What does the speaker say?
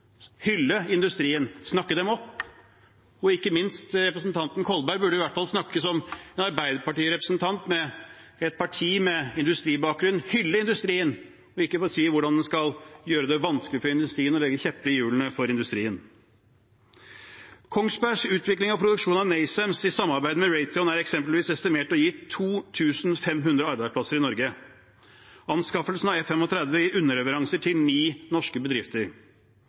industrien, snakket den opp. Ikke minst burde representanten Kolberg snakke som representant for Arbeiderpartiet, et parti med industribakgrunn, og hylle industrien, ikke si hvordan man skal gjøre det vanskelig for og stikke kjepper i hjulene for industrien. Kongsberg Gruppens utvikling og produksjon av NASAMS, Norwegian Advanced Surface-to-Air Missile System, i samarbeid med Raytheon, er eksempelvis estimert å gi 2 500 arbeidsplasser i Norge. Anskaffelsen av F-35 gir underleveranser til ni norske bedrifter.